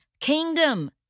kingdom